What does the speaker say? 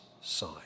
side